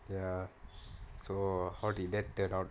ya so how did that turn out